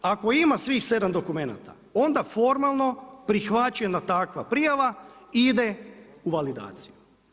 Ako ima svih 7 dokumenata, onda formalno je prihvaćena takva prijava, ide u validaciju.